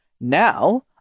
now-